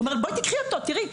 הוא אמר, בואי תיקחי אותו, תראי.